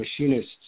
machinists